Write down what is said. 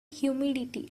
humidity